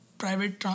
private